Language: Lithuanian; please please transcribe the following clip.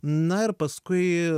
na ir paskui